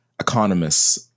economists